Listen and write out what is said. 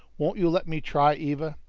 won't you let me try, eva?